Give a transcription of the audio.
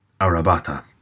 Arabata